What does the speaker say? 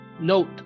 note